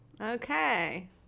Okay